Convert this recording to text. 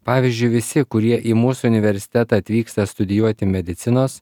pavyzdžiui visi kurie į mūsų universitetą atvyksta studijuoti medicinos